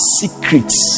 secrets